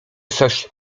coś